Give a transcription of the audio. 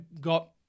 got